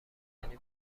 مبتنی